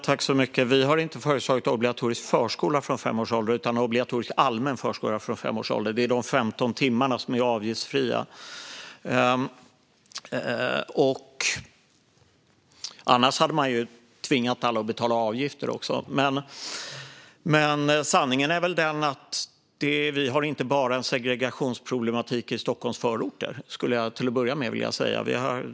Fru talman! Vi har inte föreslagit obligatorisk förskola från fem års ålder utan obligatorisk allmän förskola från fem års ålder. Det är de 15 timmarna som är avgiftsfria. Annars hade man ju tvingat alla att betala avgifter också. Sanningen är den att vi inte bara har en segregationsproblematik i Stockholms förorter. Det skulle jag vilja säga till att börja med.